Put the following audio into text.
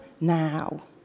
now